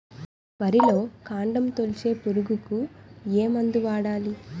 వరిలో కాండము తొలిచే పురుగుకు ఏ మందు వాడాలి?